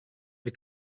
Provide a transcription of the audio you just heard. bir